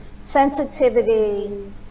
sensitivity